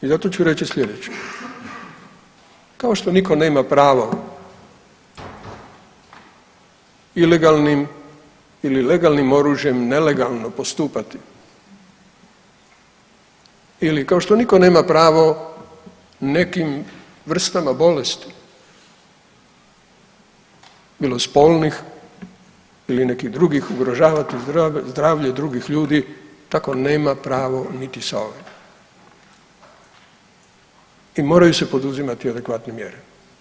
I zato ću reći slijedeće, kao što nitko nema pravo ilegalnim ili legalnim oružjem nelegalno postupati ili kao što nitko nema pravo nekim vrstama bolesti bilo spolnih ili nekih drugih ugrožavati zdravlje drugih ljudi tako nema pravo niti sa ovime i moraju se poduzimati adekvatne mjere.